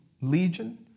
legion